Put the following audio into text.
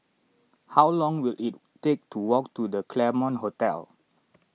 how long will it take to walk to the Claremont Hotel